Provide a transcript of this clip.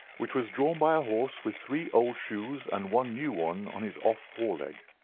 which was drawn by a horse with three old shoes and one new one on his off fore leg.